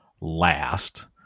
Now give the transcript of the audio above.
last